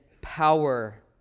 power